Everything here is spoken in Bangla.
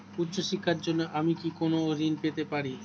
উচ্চশিক্ষার জন্য আমি কি কোনো ঋণ পেতে পারি?